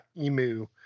Emu